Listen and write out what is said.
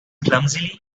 clumsily